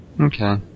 Okay